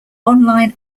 online